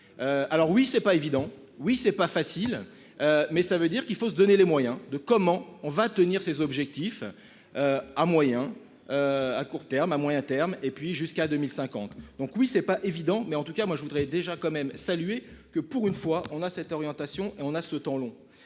Alors oui c'est pas évident. Oui c'est pas facile. Mais ça veut dire qu'il faut se donner les moyens de comment on va tenir ses objectifs. À moyen. À court terme, à moyen terme et puis jusqu'à 2050. Donc oui c'est pas évident mais en tout cas moi je voudrais déjà quand même saluer que pour une fois on a cette orientation et on a ce temps long